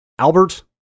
Albert